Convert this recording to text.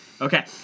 Okay